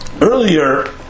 earlier